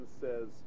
says